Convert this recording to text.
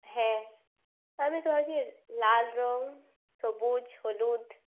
হ্যাঁ আমি তো লাল রঙ সবুজ হলুদ